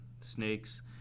snakes